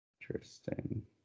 Interesting